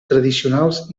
tradicionals